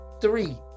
Three